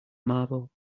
marble